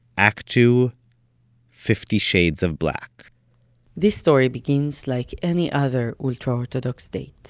act two fifty shades of black this story begins like any other ultra-orthodox date.